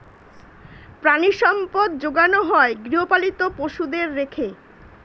প্রাণিসম্পদ যোগানো হয় গৃহপালিত পশুদের রেখে